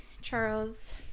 charles